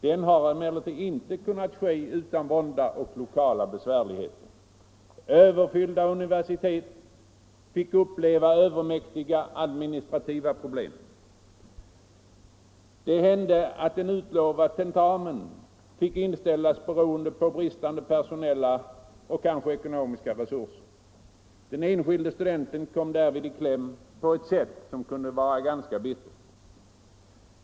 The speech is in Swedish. Den har emellertid inte kunnat ske utan vånda och lokala besvärligheter. Överfyllda universitet fick uppleva övermäktiga administrativa problem. Det hände att en utlovad tentamen fick inställas beroende på bristande personella och kanske ekonomiska resurser. Den enskilde studenten kom därvid i kläm på ett sätt som kunde vara ganska bittert.